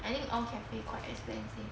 I think all cafe quite expensive